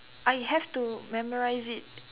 I have to memorise it